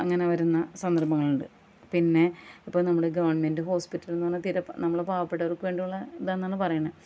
അങ്ങനെ വരുന്ന സന്ദർഭങ്ങളുണ്ട് പിന്നെ ഇപ്പം നമ്മൾ ഗവർണ്മെൻ്റ് ഹോസ്പിറ്റലെന്ന് പറഞ്ഞാൽ തീരെ നമ്മൾ പവപ്പെട്ടവർക്ക് വേണ്ടിയുള്ള ഇതാണെന്നാണ് പറയുന്നത്